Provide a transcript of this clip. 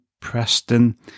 Preston